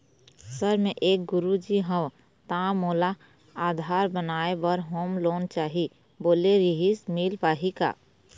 Sir मे एक गुरुजी हंव ता मोला आधार बनाए बर होम लोन चाही बोले रीहिस मील पाही का?